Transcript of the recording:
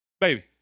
baby